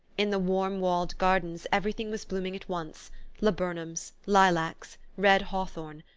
in the warm walled gardens everything was blooming at once laburnums, lilacs, red hawthorn,